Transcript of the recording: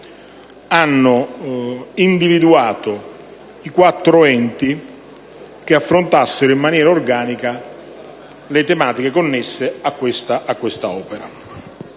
hanno individuato i quattro enti che affrontassero in maniera organica le tematiche connesse a questa opera.